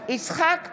יצחק פינדרוס,